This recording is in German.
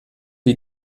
wir